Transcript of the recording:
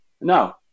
No